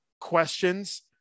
questions